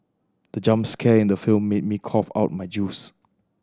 the jump scare in the film made me cough out my juice